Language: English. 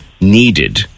needed